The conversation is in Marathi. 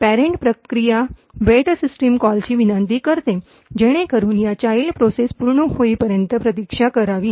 पेरन्ट प्रक्रिया वेट सिस्टम कॉलची विनंती करते जेणेकरून या चाईल्ड प्रोसेस पूर्ण होईपर्यंत प्रतीक्षा करावी